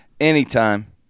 anytime